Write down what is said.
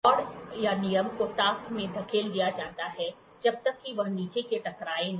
rod या नियम को ताक़ में धकेल दिया जाता है जब तक कि वह नीचे से टकराए नहीं